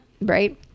right